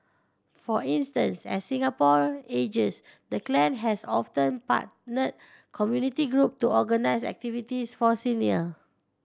for instance as Singapore ages the clan has often partnered community group to organise activities for senior